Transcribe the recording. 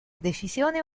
decisione